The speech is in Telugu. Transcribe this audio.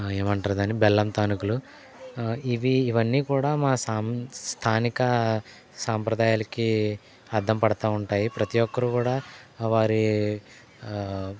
ఏమంటారు దాన్ని బెల్లం తానుకులు ఇవి ఇవన్నీ కూడా మా సామ్ స్థానిక సాంప్రదాయాలకి అద్దం పడతూ ఉంటాయి ప్రతి ఒక్కరూ కూడా వారి